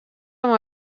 amb